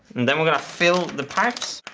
and then we're gonna fill the pipes.